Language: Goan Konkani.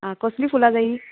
आं कसलीं फुलां जायी